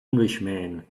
englishman